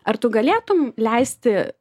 ar tu galėtum leisti